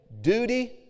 duty